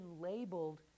labeled